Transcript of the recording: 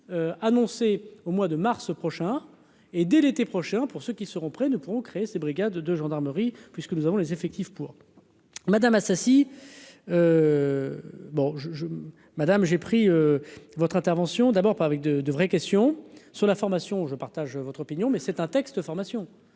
annoncé au mois de mars prochain et, dès l'été prochain pour ceux qui seront prêts ne pourront créer ces brigades de gendarmerie puisque nous avons les effectifs pour Madame Assassi. Bon je, je, madame, j'ai pris votre intervention, d'abord par avec de vraies questions sur la formation, je partage votre opinion, mais c'est un texte formation